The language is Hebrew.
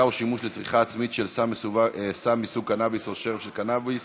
או שימוש לצריכה עצמית של סם מסוג קנבוס או שרף של קנבוס),